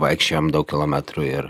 vaikščiojom daug kilometrų ir